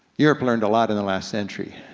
europe learned a lot in the last century,